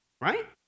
Right